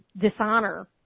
dishonor